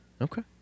Okay